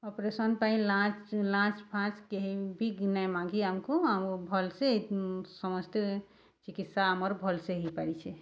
operation ପାଇଁ ଲାଞ୍ଚ୍ ଲାଞ୍ଚ୍ ଫାଞ୍ଚ୍ କେହି ବି ନାଇଁ ମାଗି ଆମ୍କୁ ଭଲ୍ସେ ସମସ୍ତେ ଚିକିତ୍ସା ଆମର୍ ଭଲ୍ସେ ହେଇପାରିଛେ